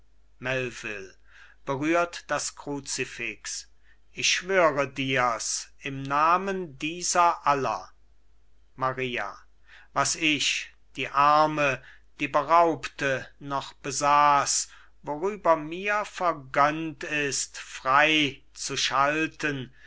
das kruzifix ich schwöre dir's im namen dieser aller maria was ich die arme die beraubte noch besaß worüber mir vergönnt ist frei zu schalten